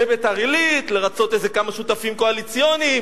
בביתר-עילית, לרצות איזה כמה שותפים קואליציוניים.